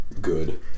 Good